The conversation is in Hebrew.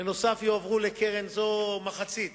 בנוסף, יועברו לקרן זו מחצית